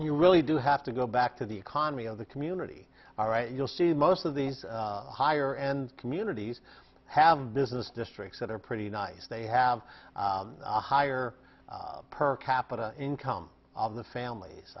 you really do have to go back to the economy of the community all right you'll see most of these higher end communities have business districts that are pretty nice they have a higher per capita income of the families